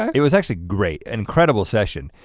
um it was actually great. incredible session,